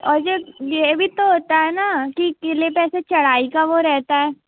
और ये ये भी तो होता है ना कि क़िले पर ऐसे चढ़ाई का वो रहता है